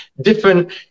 different